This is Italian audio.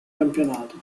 campionato